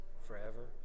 forever